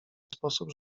sposób